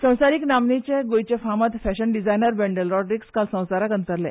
संवसारीक नामनेचे गोंयचे फामाद फेशन डिजायनर वेंडेल रॉड्रिक्स काल संवसाराक अंतरले